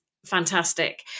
Fantastic